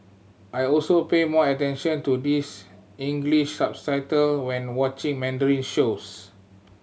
I also pay more attention to this English subtitle when watching Mandarin shows